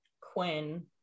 Quinn